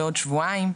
לעוד שבועיים.